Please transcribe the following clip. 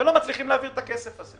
ולא מצליחים להעביר את הכסף הזה.